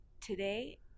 Today